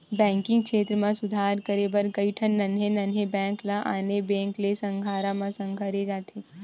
banking छेत्र म सुधार करे बर कइठन नान्हे नान्हे बेंक ल आने बेंक के संघरा म संघेरे जाथे